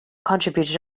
contributed